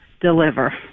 deliver